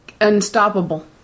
unstoppable